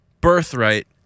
birthright